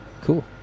Cool